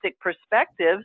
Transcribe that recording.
perspectives